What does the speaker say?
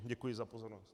Děkuji za pozornost.